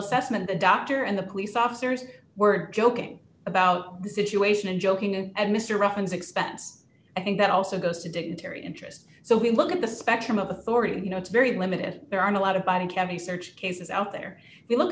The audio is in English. assessment the doctor and the police officers were joking about the situation and joking and mr ruffin's expense i think that also goes to dignitary interest so we look at the spectrum of authority and you know it's very limited there are a lot of body cavity search cases out there